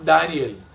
Daniel